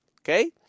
Okay